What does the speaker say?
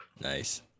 Nice